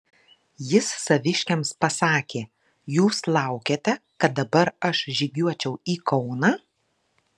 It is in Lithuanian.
jis saviškiams pasakė jūs laukiate kad dabar aš žygiuočiau į kauną